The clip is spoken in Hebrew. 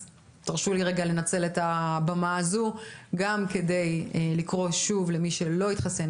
אז תרשו לי רגע לנצל את הבמה הזו גם כדי לקרוא שוב למי שלא התחסן,